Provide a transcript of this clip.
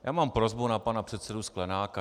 Já mám prosbu na pana předsedu Sklenáka.